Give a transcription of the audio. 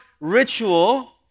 ritual